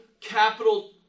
capital